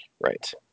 Right